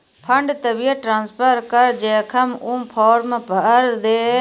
fund तभिये transfer करऽ जेखन ऊ फॉर्म भरऽ के दै छै